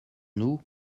nous